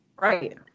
Right